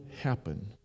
happen